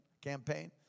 Campaign